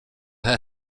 her